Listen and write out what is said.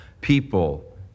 people